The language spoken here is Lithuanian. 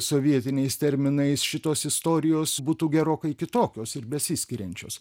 sovietiniais terminais šitos istorijos būtų gerokai kitokios ir besiskiriančios